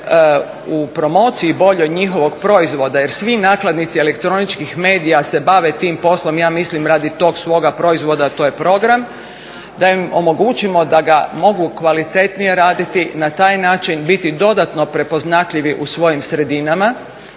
u promociji boljoj njihovog proizvoda jer svi nakladnici elektroničkih medija se bave tim poslom ja mislim radi tog svog proizvoda, to je program, da im omogućimo da ga mogu kvalitetnije raditi, na taj način biti dodatno prepoznatljivi u svojim sredinama